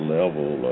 level